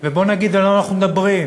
בוא נגיד על מה אנחנו מדברים: